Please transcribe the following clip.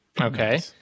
Okay